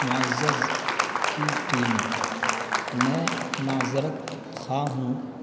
معزز کی ٹیم میں معذرت خواہ ہوں